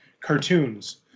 cartoons